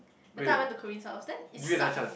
that time I went to Corinne's house then it suck